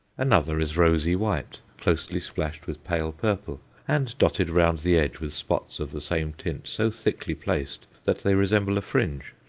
another is rosy white, closely splashed with pale purple, and dotted round the edge with spots of the same tint so thickly placed that they resemble a fringe.